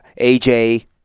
AJ